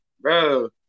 bro